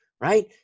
right